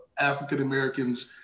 African-Americans